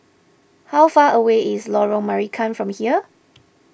how far away is Lorong Marican from here